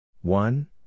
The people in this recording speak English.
one